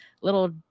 little